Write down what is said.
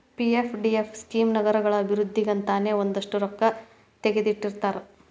PFDF scheme ನಗರಗಳ ಅಭಿವೃದ್ಧಿಗಂತನೇ ಒಂದಷ್ಟ್ ರೊಕ್ಕಾ ತೆಗದಿಟ್ಟಿರ್ತಾರ